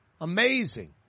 Amazing